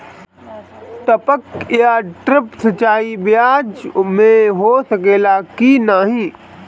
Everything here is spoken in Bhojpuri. टपक या ड्रिप सिंचाई प्याज में हो सकेला की नाही?